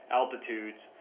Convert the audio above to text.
altitudes